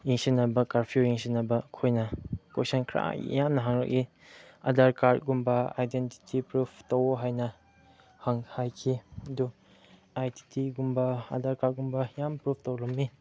ꯌꯦꯡꯁꯤꯟꯅꯕ ꯀꯥꯔꯐ꯭ꯌꯨ ꯌꯦꯡꯁꯤꯟꯅꯕ ꯀꯣꯏꯅ ꯀꯣꯏꯁꯟꯈ꯭ꯔꯦ ꯏꯍꯥꯟ ꯍꯪꯉꯛꯏ ꯑꯙꯥꯔ ꯀꯥꯔꯠꯀꯨꯝꯕ ꯑꯥꯏꯗꯦꯟꯇꯤꯇꯤ ꯄ꯭ꯔꯨꯞ ꯇꯧꯋꯣ ꯍꯥꯏꯅ ꯍꯥꯏꯈꯤ ꯑꯗꯨ ꯑꯥꯏꯗꯦꯟꯇꯤꯇꯤꯒꯨꯝꯕ ꯑꯙꯥꯔ ꯀꯥꯔꯠꯀꯨꯝꯕ ꯌꯥꯝ ꯄ꯭ꯔꯨꯞ ꯇꯧꯔꯝꯃꯤ